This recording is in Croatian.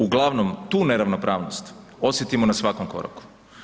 Uglavnom tu neravnopravnost osjetimo na svakom koraku.